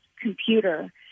computer